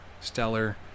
stellar